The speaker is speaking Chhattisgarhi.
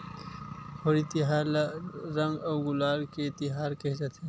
होरी तिहार ल रंग अउ गुलाल के तिहार केहे जाथे